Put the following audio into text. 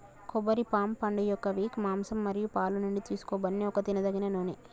కొబ్బరి పామ్ పండుయొక్క విక్, మాంసం మరియు పాలు నుండి తీసుకోబడిన ఒక తినదగిన నూనె